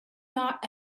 not